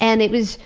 and it was